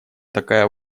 такая